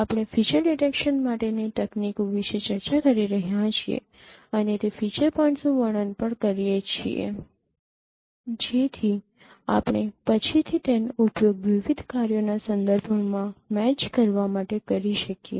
આપણે features detection માટે ની તકનીકો વિશે ચર્ચા કરી રહ્યાં છીએ અને તે ફીચર પોઇન્ટ્સનું વર્ણન પણ કરીએ છીએ જેથી આપણે પછીથી તેનો ઉપયોગ વિવિધ કાર્યોના સંદર્ભ માં મેચ કરવા માટે કરી શકીએ